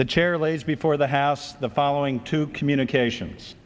lays before the house the following two communications